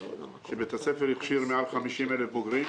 שבית הספר הכשיר יותר מ-50,000 בוגרים.